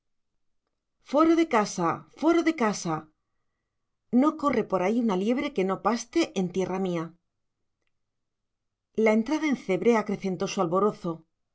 foro de casa foro de casa no corre por ahí una liebre que no paste en tierra mía la entrada en cebre acrecentó su alborozo